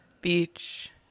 beach